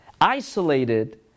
isolated